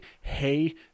Hey